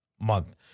month